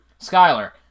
Skyler